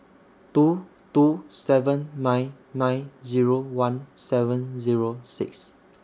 two two seven nine nine Zero one seven Zero six